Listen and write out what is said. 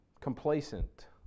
complacent